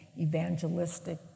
evangelistic